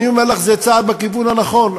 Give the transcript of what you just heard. אני אומר לך, זה צעד בכיוון הנכון.